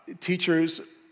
Teachers